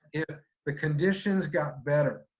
if the conditions got better,